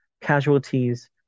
Casualties